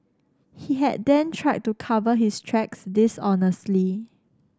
he had then tried to cover his tracks dishonestly